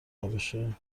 نباشه